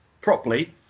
properly